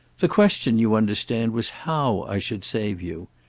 the question, you understand, was how i should save you.